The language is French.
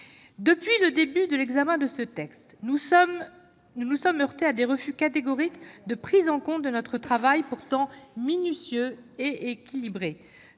depuis le début de l'examen de ce texte, nous nous sommes heurtés à des refus catégoriques de prise en compte de notre travail, pourtant minutieux et équilibré.